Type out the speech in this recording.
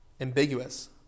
ambiguous